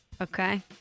Okay